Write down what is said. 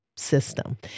System